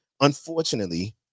unfortunately